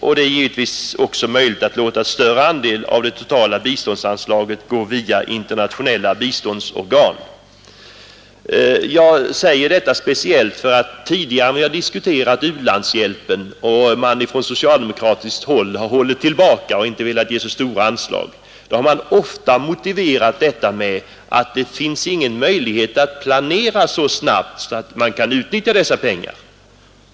Det är härvid givetvis också möjligt att låta en större andel av det totala biståndsanslaget gå via internationella biståndsorgan. Jag säger detta speciellt därför, att när vi tidigare har diskuterat u-landshjälpen och man från socialdemokratiskt håll har hållit tillbaka och inte har velat ge så stora anslag, så har detta ofta motiverats med att det inte finns några möjligheter att planera så snabbt att man kan utnyttja dessa pengar.